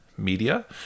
media